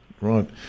Right